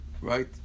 right